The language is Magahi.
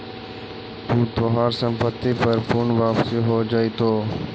तू तोहार संपत्ति पर पूर्ण वापसी हो जाएतो